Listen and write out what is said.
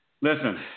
listen